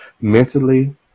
mentally